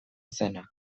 zena